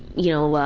you know,